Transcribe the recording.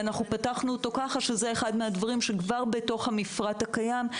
פתחנו אותו כך שזה אחד מהדברים שכבר בתוך המפרט הקיים.